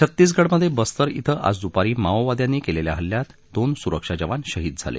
छत्तीसगडमधे बस्तर श्रे आज दुपारी माओवाद्यांनी केलेल्या हल्ल्यात दोन सुरक्षा जवान शहीद झाले